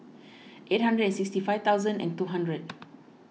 eight hundred and sixty five thousand and two hundred